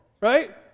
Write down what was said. right